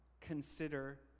consider